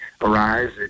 arise